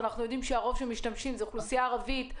הרי אנחנו יודעים שהרוב שמשתמשים זה אוכלוסייה ערבית,